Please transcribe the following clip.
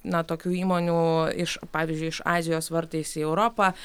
na tokių įmonių iš pavyzdžiui iš azijos vartais į europą